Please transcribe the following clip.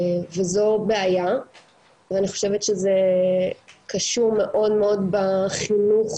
וזו בעיה שאני חושבת שזה קשור מאוד בחינוך,